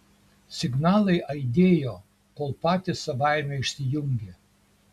signalai aidėjo kol patys savaime išsijungė